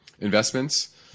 investments